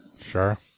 Sure